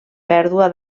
pèrdua